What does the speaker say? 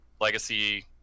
legacy